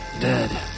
Dead